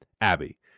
Abby